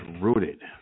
rooted